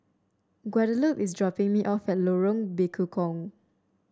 Guadalupe is dropping me off at Lorong Bekukong